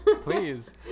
please